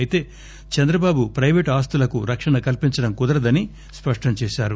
అయితే చంద్రబాబు పైవేట్ ఆస్తులకు రక్షణ కల్పించడం కుదరదని స్పష్టం చేశారు